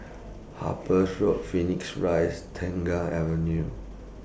Harper's Road Phoenix Rise Tengah Avenue